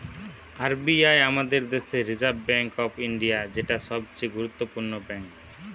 R B I আমাদের দেশের reserve bank of India, যেটা সবচে গুরুত্বপূর্ণ ব্যাঙ্ক